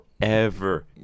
forever